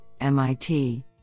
MIT